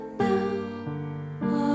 now